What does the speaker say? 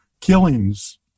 killings